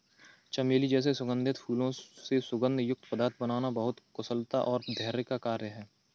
चमेली जैसे सुगंधित फूलों से सुगंध युक्त पदार्थ बनाना बहुत कुशलता और धैर्य का कार्य है